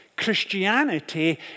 Christianity